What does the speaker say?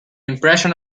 impression